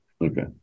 Okay